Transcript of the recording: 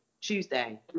tuesday